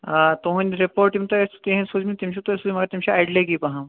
آ تُہنٛد رپوٹ یِم تۄہہِ اَسہِ کیٚنٛہہ ٲسِو سوزمٕتۍ تِم چھِو تۄہہِ سوزمٕتۍ مگر تِم چھِ اَڑلیٚکی پَہم